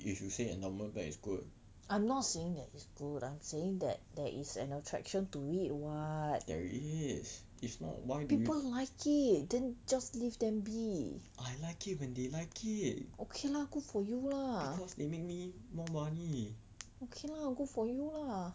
I'm not saying that it's good I'm saying that there is an attraction to it [what] people like it then just leave them be okay lah good for you lah okay lah good for you lah